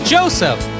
Joseph